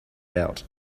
out